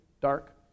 dark